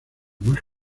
más